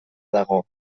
dago